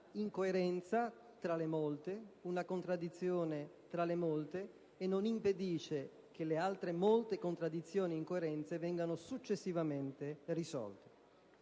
incoerenza tra le molte, una contraddizione tra le molte, senza impedire che le altre molte contraddizioni ed incoerenze vengano successivamente risolte.